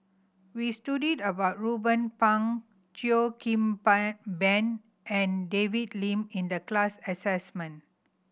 we studied about Ruben Pang Cheo Kim Ban and David Lim in the class assignment